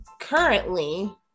currently